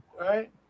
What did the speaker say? Right